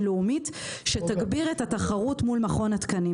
לאומית שתגביר את התחרות מול מכון התקנים.